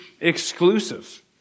exclusive